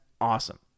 awesome